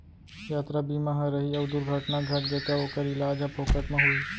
यातरा बीमा ह रही अउ दुरघटना घटगे तौ ओकर इलाज ह फोकट म होही